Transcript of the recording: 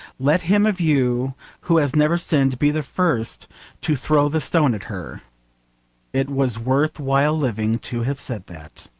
let him of you who has never sinned be the first to throw the stone at her it was worth while living to have said that.